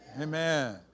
Amen